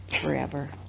forever